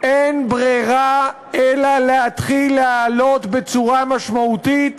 אין ברירה אלא להתחיל להעלות בצורה משמעותית